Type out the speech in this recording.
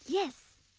yes!